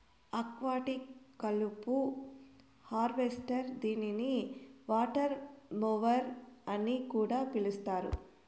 aquatic కలుపు harvester దీనిని water mower అని కూడా పిలుస్తారు